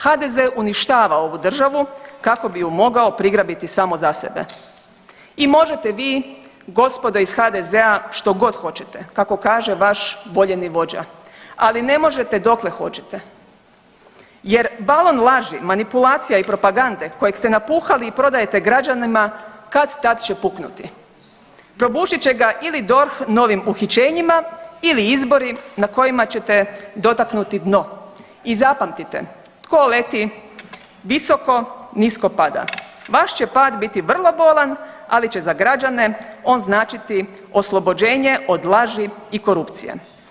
HDZ uništava ovu državu kako bi ju mogao prigrabiti samo za sebe i možete vi gospodo iz HDZ-a što god hoćete kako kaže vaš voljeni vođa, ali ne možete dokle hoćete jer balon laži, manipulacija i propagande kojeg ste napuhali i prodajete građanima kad-tad će puknuti, probušit će ga ili DORH novih uhićenjima ili izbori na kojima ćete dotaknuti dno i zapamtite tko leti visoko nisko pada, vaš će pad biti vrlo bolan, ali će za građane on značiti oslobođenje od laži i korupcije.